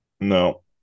No